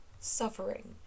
suffering